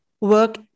work